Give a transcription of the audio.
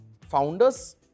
founders